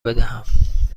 بدهم